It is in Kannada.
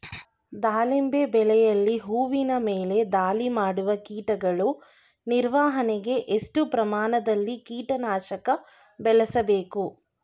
ದಾಳಿಂಬೆ ಬೆಳೆಯಲ್ಲಿ ಹೂವಿನ ಮೇಲೆ ದಾಳಿ ಮಾಡುವ ಕೀಟಗಳ ನಿರ್ವಹಣೆಗೆ, ಎಷ್ಟು ಪ್ರಮಾಣದಲ್ಲಿ ಕೀಟ ನಾಶಕ ಬಳಸಬೇಕು?